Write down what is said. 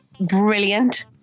Brilliant